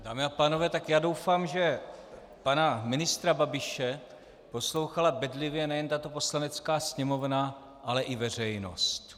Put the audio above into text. Dámy a pánové, doufám, že pana ministra Babiše poslouchala bedlivě nejen tato Poslanecká sněmovna, ale i veřejnost.